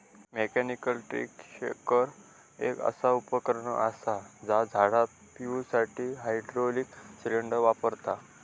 mechanical tree shaker एक असा उपकरण असा जा झाड पिळुसाठी हायड्रॉलिक सिलेंडर वापरता